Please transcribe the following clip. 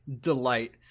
delight